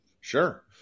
sure